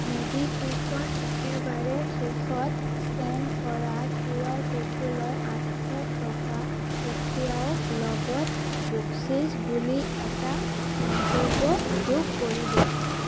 ম'বিকুইকত একেবাৰে শেষত স্কেন কৰা কিউআৰ ক'ডটোলৈ আঠশ টকা পঠিয়াওক লগত বকচিচ বুলি এটা মন্তব্য যোগ কৰিব